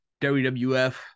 WWF